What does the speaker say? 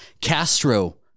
Castro